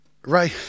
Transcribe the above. Ray